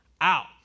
out